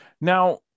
Now